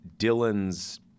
Dylan's